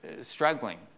struggling